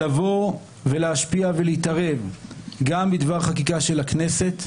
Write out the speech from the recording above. לבוא, להשפיע ולהתערב גם בדבר חקיקה של הכנסת,